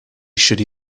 should